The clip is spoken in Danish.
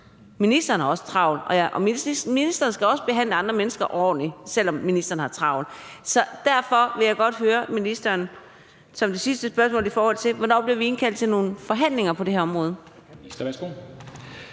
ministeren har også travlt, og ministeren skal også behandle andre mennesker ordentligt, selv om ministeren har travlt. Så derfor vil jeg som det sidste gerne spørge ministeren: Hvornår bliver vi indkaldt til nogle forhandlinger på det her område?